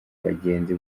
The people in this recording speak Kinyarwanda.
abagenzi